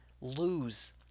lose